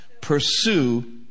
pursue